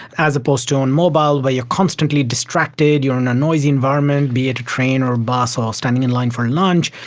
as opposed to on mobile where you are constantly distracted, you are in a noisy environment, be it a train or a bus or standing in line for lunch,